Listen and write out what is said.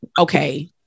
okay